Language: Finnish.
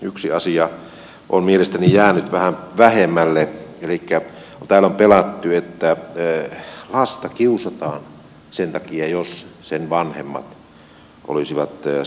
yksi asia on mielestäni jäänyt vähän vähemmälle elikkä täällä on pelätty että lasta kiusataan sen takia jos hänen vanhempansa olisivat samaa sukupuolta kotona